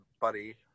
buddy